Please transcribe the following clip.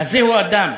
הזהו אדם?